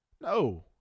No